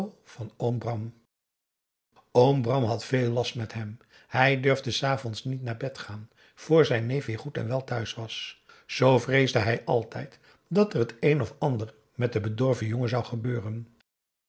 van oom bram oom bram had veel last met hem hij durfde s avonds niet naar bed gaan vr zijn neef weer goed en wel thuis was zoo vreesde hij altijd dat er t een of ander met den bedorven jongen zou gebeuren